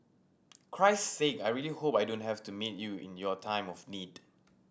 Christ Sake I really hope I don't have to meet you in your time of need